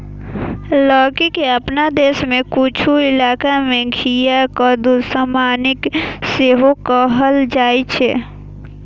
लौकी के अपना देश मे किछु इलाका मे घिया, कद्दू, सजमनि सेहो कहल जाइ छै